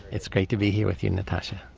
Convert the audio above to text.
it's great to be here with you natasha.